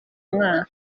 mwaka